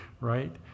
right